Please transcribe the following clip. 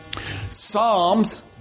Psalms